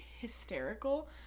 hysterical